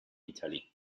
italy